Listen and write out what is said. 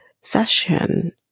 session